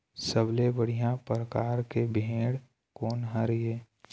सबले बढ़िया परकार के भेड़ कोन हर ये?